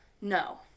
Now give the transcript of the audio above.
No